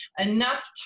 enough